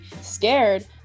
scared